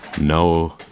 No